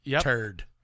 turd